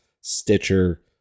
Stitcher